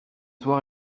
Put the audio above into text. soir